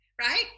right